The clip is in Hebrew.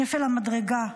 שפל המדרגה,